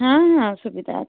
ହଁ ହଁ ସୁବିଧା ଅଛି